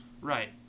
Right